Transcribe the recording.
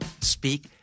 speak